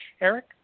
Eric